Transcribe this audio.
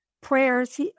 prayers